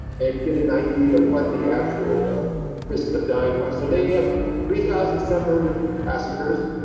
and get an idea of what the actual risk of dying was. so they had three thousand seven hundred passengers.